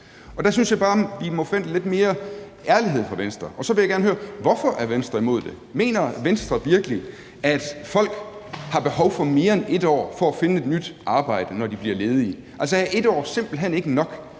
Der synes jeg bare, vi må forvente lidt mere ærlighed fra Venstres side. Og så vil jeg gerne høre: Hvorfor er Venstre imod det? Mener Venstre virkelig, at folk har behov for mere end 1 år for at finde et nyt arbejde, når de bliver ledige? Altså, er 1 år simpelt hen ikke nok